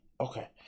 okay